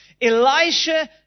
Elisha